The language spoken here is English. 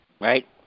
Right